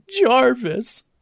Jarvis